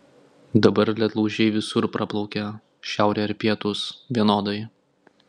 dabar ledlaužiai visur praplaukia šiaurė ar pietūs vienodai